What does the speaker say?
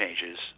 changes